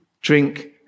drink